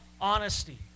honesty